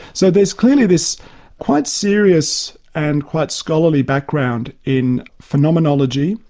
so there's clearly this quite serious and quite scholarly background in phenomenology,